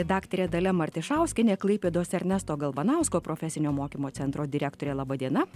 daktarė dalia martišauskienė klaipėdos ernesto galvanausko profesinio mokymo centro direktorė laba diena